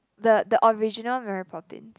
the the original Mary Poppins